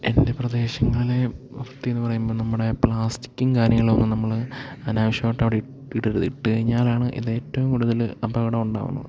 എൻ്റെ പ്രദേശങ്ങളിലെ വൃത്തി എന്ന് പറയുമ്പോൾ നമ്മുടെ പ്ലാസ്റ്റിക്കും കാര്യങ്ങളൊന്നും നമ്മൾ അനാവശ്യമായിട്ട് അവിടെ ഇട്ട് ഇടരുത് ഇട്ടു കഴിഞ്ഞാലാണ് ഇത് ഏറ്റവും കൂടുതൽ അപകടം ഉണ്ടാവുന്നത്